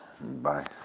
Bye